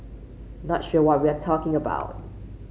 not sure what we're talking about